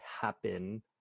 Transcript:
happen